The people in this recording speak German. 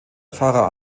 pfarrer